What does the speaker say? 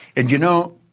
and you know,